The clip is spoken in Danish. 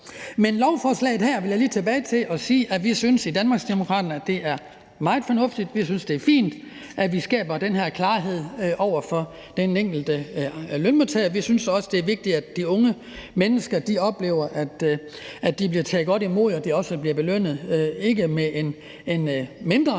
Men lovforslaget her vil jeg lige tilbage til og sige, at vi i Danmarksdemokraterne synes, at det er meget fornuftigt. Vi synes, det er fint, at vi skaber den her klarhed for den enkelte lønmodtager. Vi synes også, det er vigtigt, at de unge mennesker oplever, at de bliver taget godt imod, og at de også bliver belønnet, ikke med en mindre